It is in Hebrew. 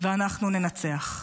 ואנחנו ננצח,